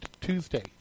Tuesday